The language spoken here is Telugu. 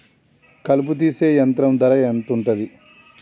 కలుపు తీసే యంత్రం ధర ఎంతుటది?